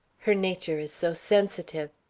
her nature is so sensitive.